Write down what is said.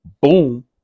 boom